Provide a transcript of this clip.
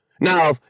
Now